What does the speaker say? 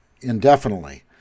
indefinitely